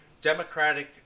democratic